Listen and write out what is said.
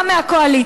גם מהקואליציה.